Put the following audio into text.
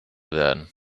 werden